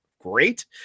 great